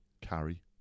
Carry